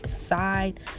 inside